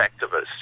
activists